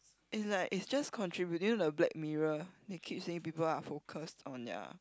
it's like it's just contributing you know the Black Mirror it keeps saying people are focus on their